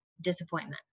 disappointment